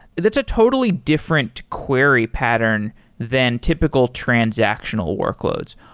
that's a totally different query pattern than typical transactional workloads.